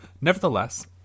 nevertheless